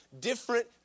different